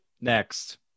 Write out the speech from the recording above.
next